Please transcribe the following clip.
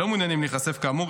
שלא מעוניינים להיחשף כאמור,